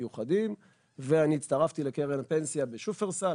מיוחדים ואני הצטרפתי לקרן הפנסיה בשופרסל,